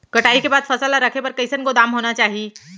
कटाई के बाद फसल ला रखे बर कईसन गोदाम होना चाही?